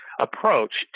approach